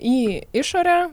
į išorę